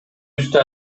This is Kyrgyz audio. үстү